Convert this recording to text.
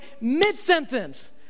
mid-sentence